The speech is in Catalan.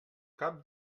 cap